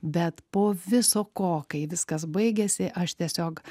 bet po viso ko kai viskas baigėsi aš tiesiog